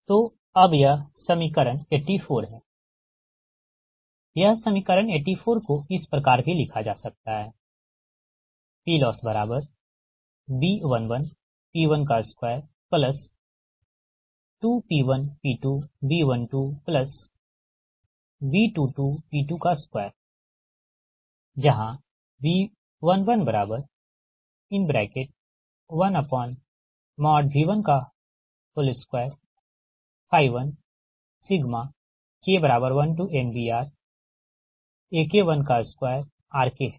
तो अब यह समीकरण 84 है यह समीकरण 84 को इस प्रकार भी लिखा जा सकता है PLossB11P122P1P2B12B22P22 जहाँ B111V121 K1NBRAK12RK है